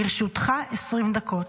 לרשותך 20 דקות.